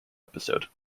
episode